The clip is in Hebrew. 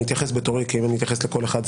אני אתייחס בתורי כי אם אני אתייחס לכל אחד,